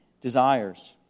desires